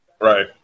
Right